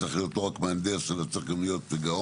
צריך להיות לא רק מהנדס אלא צריך להיות גאון.